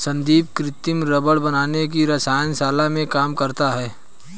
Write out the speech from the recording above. संदीप कृत्रिम रबड़ बनाने की रसायन शाला में काम करता है